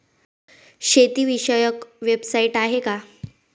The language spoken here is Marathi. शेतीविषयक वेबसाइट आहे का?